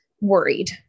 worried